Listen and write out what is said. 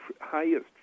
highest